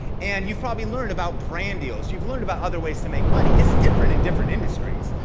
and you've probably learned about brand deals. you've learned about other ways to make money. it's different in different industries.